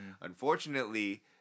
Unfortunately